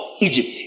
Egypt